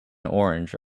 orange